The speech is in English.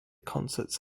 concerts